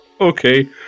okay